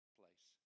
place